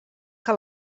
que